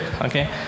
Okay